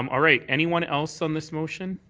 um all right. anyone else on this motion?